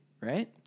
right